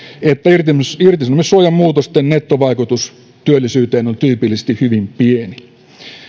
että irtisanomissuojan muutosten nettovaikutus työllisyyteen on tyypillisesti hyvin pieni